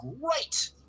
great